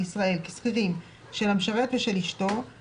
בשירות לאומי שם אנחנו מוסיפים את ההוראה החדשה כנקבעת הוראת שעה.